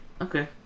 Okay